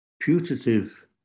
putative